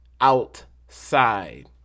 outside